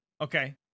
Okay